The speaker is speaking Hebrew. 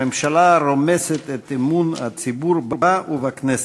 הממשלה רומסת את אמון הציבור בה ובכנסת.